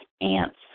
ants